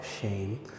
shame